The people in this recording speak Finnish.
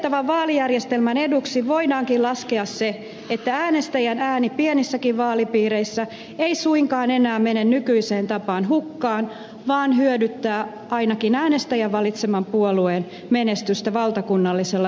ehdotettavan vaalijärjestelmän eduksi voidaankin laskea se että äänestäjän ääni pienissäkään vaalipiireissä ei suinkaan enää mene nykyiseen tapaan hukkaan vaan hyödyttää ainakin äänestäjän valitseman puolueen menestystä valtakunnallisella tasolla